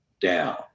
down